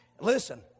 Listen